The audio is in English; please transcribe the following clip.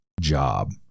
job